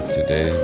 today